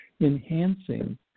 enhancing